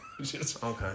Okay